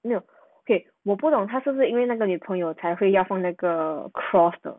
no okay 我不懂他是不是因为那个女朋友才会要放那个 cross 的